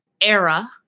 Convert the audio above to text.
era